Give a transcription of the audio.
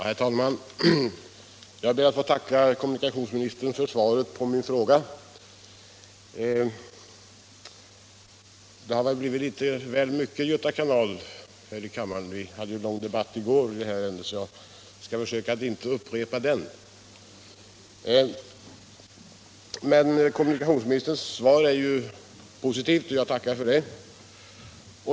Herr talman! Jag ber att få tacka kommunikationsministern för svaret på min fråga. Det har blivit litet väl mycket Göta kanal i kammaren. Vi hade en lång debatt i ämnet i går. Jag skall försöka att inte upprepa den. Kommunikationsministerns svar är positivt, och jag vill tacka för det.